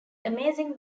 amazing